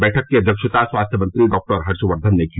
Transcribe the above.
बैठक की अध्यक्षता स्वास्थ्य मंत्री डॉक्टर हर्षक्धन ने की